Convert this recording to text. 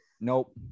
Nope